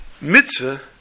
mitzvah